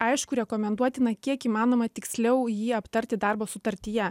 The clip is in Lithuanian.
aišku rekomenduotina kiek įmanoma tiksliau jį aptarti darbo sutartyje